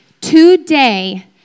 Today